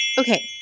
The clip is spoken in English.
Okay